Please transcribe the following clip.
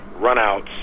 runouts